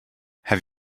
have